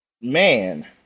Man